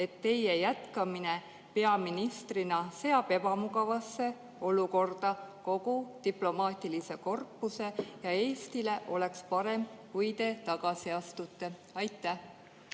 et teie jätkamine peaministrina seab ebamugavasse olukorda kogu diplomaatilise korpuse, ja Eestile oleks parem, kui te tagasi astuksite? Aitäh!